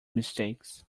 mistakes